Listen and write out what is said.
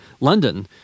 London